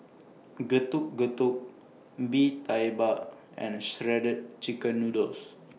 Getuk Getuk Bee Tai Mak and Shredded Chicken Noodles